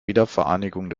wiedervereinigung